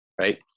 Right